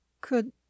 Could